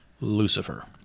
Lucifer